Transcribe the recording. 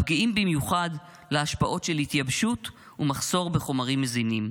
הפגיעים במיוחד להשפעות של התייבשות ומחסור בחומרים מזינים.